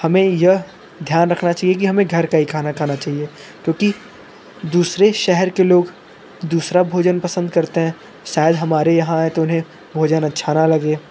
हमें यह ध्यान रखना चहिए कि हमें घर का ही खाना खाना चाहिए क्योंकि दूसरे शहर के लोग दूसरा भोजन पसंद करते हैं शायद हमारे यहाँ आएं तो उन्हें भोजन अच्छा ना लगे